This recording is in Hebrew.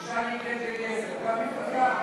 (עידוד ייצוג הולם לנשים),